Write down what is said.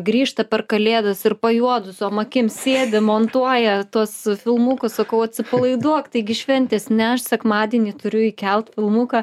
grįžta per kalėdas ir pajuodusiom akim sėdi montuoja tuos filmukus sakau atsipalaiduok taigi šventės ne aš sekmadienį turiu įkelt filmuką